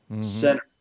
center